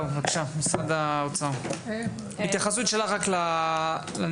התייחסות שלך רק לנקודה של הסנקציות.